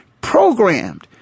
programmed